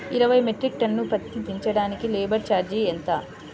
ఇరవై metric ton పత్తి దించటానికి లేబర్ ఛార్జీ ఎంత?